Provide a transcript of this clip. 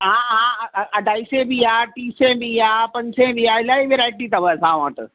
हा हा अढाई सैं बि आहे टीं सैं बि आहे पंज सैं बि आहे इलाही वैराइटियूं अथव असां वटि